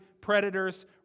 predators